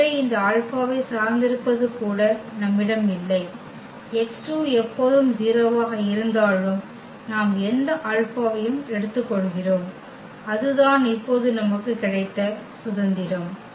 எனவே இந்த ஆல்பாவைச் சார்ந்திருப்பது கூட நம்மிடம் இல்லை x2 எப்போதும் 0 ஆக இருந்தாலும் நாம் எந்த ஆல்பாவையும் எடுத்துக்கொள்கிறோம் அதுதான் இப்போது நமக்கு கிடைத்த சுதந்திரம்